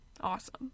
Awesome